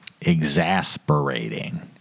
Exasperating